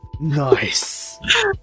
Nice